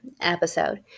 episode